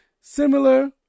similar